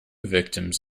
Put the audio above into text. victims